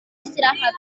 istirahat